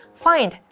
find